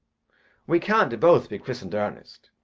we can't both be christened ernest.